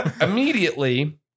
immediately